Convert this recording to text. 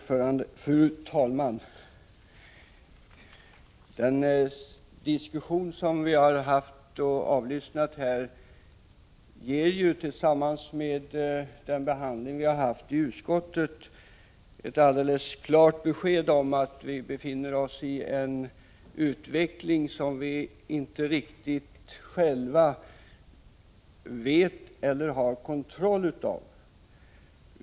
Fru talman! Den diskussion som har förts här ger tillsammans med behandlingen i utskottet ett alldeles klart besked om att utvecklingen av aids är sådan att vi inte riktigt känner till den eller har kontroll över den.